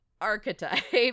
archetype